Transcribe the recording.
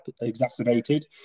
exacerbated